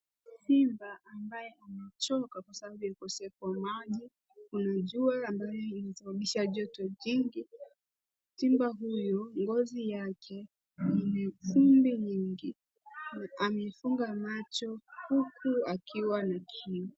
Simba ambaye amechoka kwa sababu ya ukosefu wa maji . Kuna jua ambayo inasababisha joto jingi. Simba huyu ngozi yake yenye vumbi nyingi amefunga macho huku akiwa na kiu.